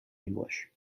english